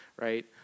right